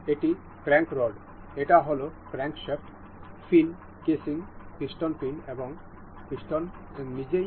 এটি crank rod এটা হল crank shaft fin casing piston pin এবং পিস্টন নিজেই